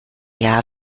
jahr